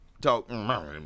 Talk